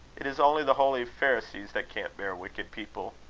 it is only the holy pharisees that can't bear wicked people.